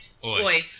boy